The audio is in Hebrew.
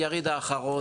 היריד האחרון